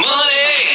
Money